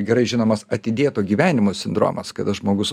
gerai žinomas atidėto gyvenimo sindromas kada žmogus